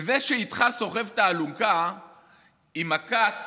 שזה שסוחב איתך את האלונקה יכניס